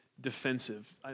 defensive